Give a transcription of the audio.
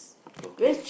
cooking